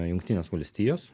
jungtinės valstijos